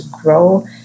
grow